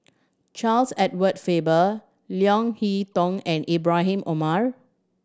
Charles Edward Faber Leo Hee Tong and Ibrahim Omar